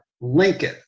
Lincoln